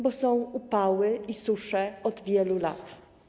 Bo są upały i susze od wielu lat.